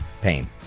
pain